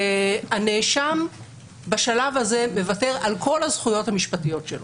כשהנאשם בשלב הזה מוותר על כל הזכויות המשפטיות שלו,